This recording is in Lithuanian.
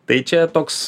tai čia toks